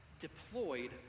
deployed